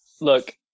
Look